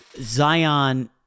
Zion